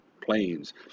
planes